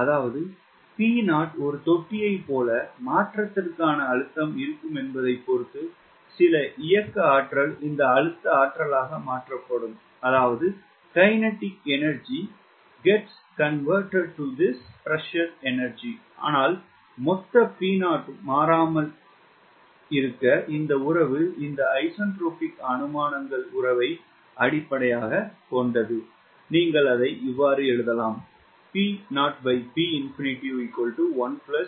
அதாவது P0 ஒரு தொட்டியைப் போல மாற்றத்திற்கான அழுத்தம் இருக்கும் என்பதைப் பொறுத்து சில இயக்க ஆற்றல் இந்த அழுத்த ஆற்றலாக மாற்றப்படும் ஆனால் மொத்த P0 மாறாமல் இருங்கள் இந்த உறவு இந்த ஐசென்ட்ரோபிக் அனுமானங்கள் உறவை அடிப்படையாகக் கொண்டது நீங்கள் எழுதலாம் நான் P இல் உள்ள